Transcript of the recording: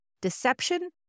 deception